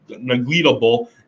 negligible